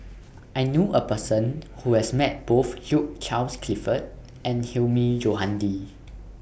I knew A Person Who has Met Both Hugh Charles Clifford and Hilmi Johandi